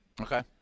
Okay